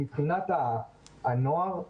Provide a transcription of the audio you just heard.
מבחינת הנוער,